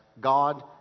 God